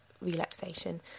relaxation